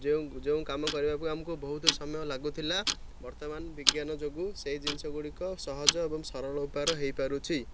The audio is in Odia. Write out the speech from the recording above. ଯେଉଁ ଯେଉଁ କାମ କରିବାକୁ ଆମକୁ ବହୁତ ସମୟ ଲାଗୁଥିଲା ବର୍ତ୍ତମାନ ବିଜ୍ଞାନ ଯୋଗୁଁ ସେଇ ଜିନିଷଗୁଡ଼ିକ ସହଜ ଏବଂ ସରଳ ଉପାୟରେ ହୋଇପାରୁଛି